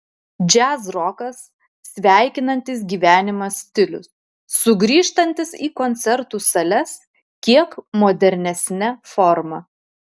džiazrokas sveikinantis gyvenimą stilius sugrįžtantis į koncertų sales kiek modernesne forma